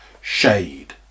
Shade